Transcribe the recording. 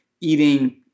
eating